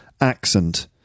accent